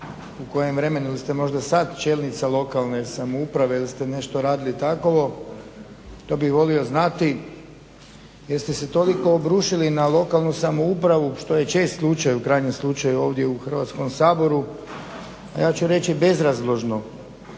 u kojem vremenu ili ste možda sada čelnica lokalne samouprave ili ste nešto radili takovo, to bi volio znati jer ste se toliko obrušili na lokalnu samoupravu što je čest slučaj u krajnjem slučaju ovdje u Hrvatskom saboru, a ja ću reći bezrazložno.